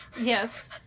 Yes